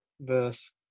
verse